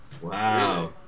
wow